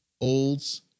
Olds